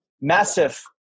massive